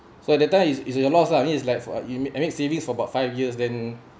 so that time is is a loss lah I mean is like for me I mean savings for about five years then